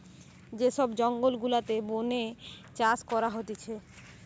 যে সব জঙ্গল গুলাতে বোনে চাষ করা হতিছে